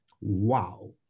Wow